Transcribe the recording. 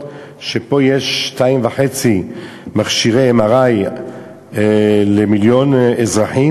על זה שפה יש 2.5 מכשירי MRI למיליון אזרחים,